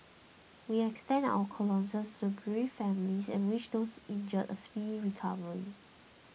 we extend our condolences to the bereaved families and wish those injured a speedy recovery